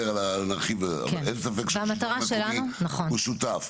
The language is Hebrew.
אין ספק שהשלטון המקומי הוא שותף.